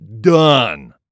done